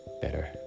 better